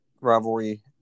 rivalry